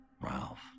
Ralph